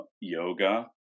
yoga